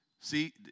See